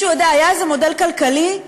היה איזה מודל כלכלי?